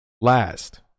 last